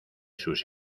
sus